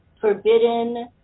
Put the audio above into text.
forbidden